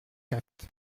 actes